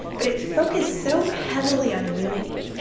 but it focused so heavily on unity.